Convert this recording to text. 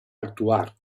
actuar